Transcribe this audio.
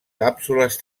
càpsules